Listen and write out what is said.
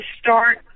start